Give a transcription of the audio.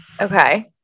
Okay